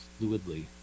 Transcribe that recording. fluidly